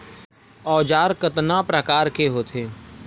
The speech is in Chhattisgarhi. औजार कतना प्रकार के होथे?